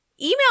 email